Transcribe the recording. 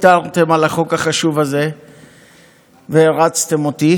תודה שלא ויתרתם על החוק החשוב הזה והרצתם אותי.